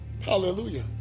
hallelujah